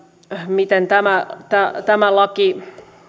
miten tämä tämä laki